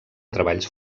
treballs